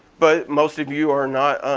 but most of you are not